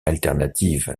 alternative